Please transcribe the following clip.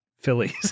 Phillies